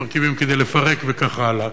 מרכיבים כדי לפרק וכך הלאה.